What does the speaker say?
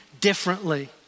differently